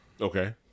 Okay